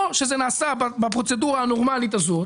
או שזה נעשה בפרוצדורה הנורמלית הזאת,